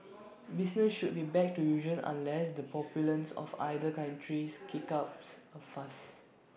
business should be back to usual unless the populace of either countries kicks ups A fuss